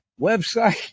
website